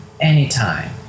anytime